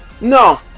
No